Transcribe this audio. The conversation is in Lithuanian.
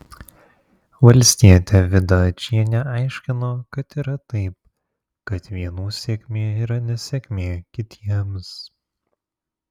valstietė vida ačienė aiškino kad yra taip kad vienų sėkmė yra nesėkmė kitiems